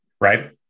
right